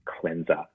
cleanser